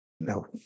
no